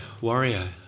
warrior